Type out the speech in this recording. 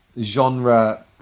genre